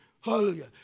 Hallelujah